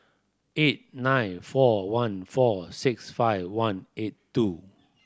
eight nine four one four six five one eight two